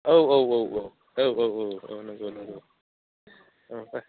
औ औ औ औ औ औ औ नंगौ नंगौ ओं दे